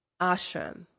ashram